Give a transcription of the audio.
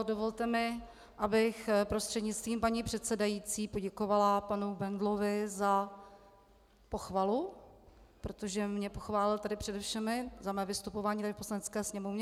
Dovolte mi, abych prostřednictvím paní předsedající poděkovala panu Bendlovi za pochvalu, protože mě pochválil tady přede všemi za mé vystupování tady v Poslanecké sněmovně.